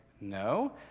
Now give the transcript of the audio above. no